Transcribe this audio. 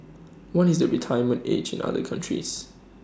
what is the retirement age in other countries